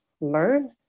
learn